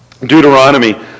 Deuteronomy